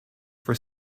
for